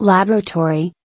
Laboratory